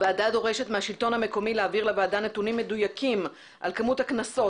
הוועדה דורשת מהשלטון המקומי להעביר לוועדה נתונים מדויקים על כמות הקנסות